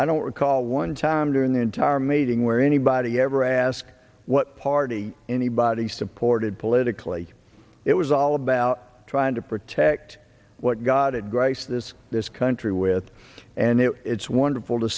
i don't recall one time during the entire meeting where anybody ever asked what party anybody supported politically it was all about trying to protect what god grace this this country with and it it's wonderful to